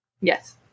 Yes